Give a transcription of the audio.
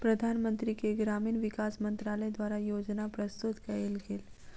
प्रधानमंत्री के ग्रामीण विकास मंत्रालय द्वारा योजना प्रस्तुत कएल गेल